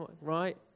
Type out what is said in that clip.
Right